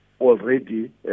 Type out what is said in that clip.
already